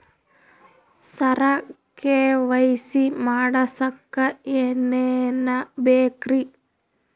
ಸರ KYC ಮಾಡಸಕ್ಕ ಎನೆನ ಬೇಕ್ರಿ?